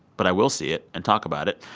but i will see it and talk about it.